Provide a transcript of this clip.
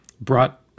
brought